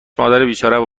مادربیچاره